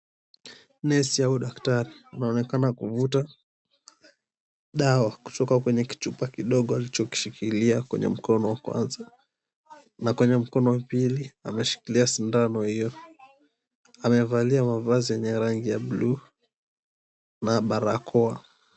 Nesi au daktari anaonekana kuvuta dawa kutoka kwenye kichupa kidogo alichokishikilia kwenye mikono wa kwanza na kwenye mkono wa pili ameshikilia sindano. Amevalia mavazi yenye rangi ya buluu na barakoa.